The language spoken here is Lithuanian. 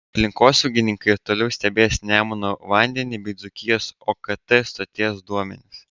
aplinkosaugininkai ir toliau stebės nemuno vandenį bei dzūkijos okt stoties duomenis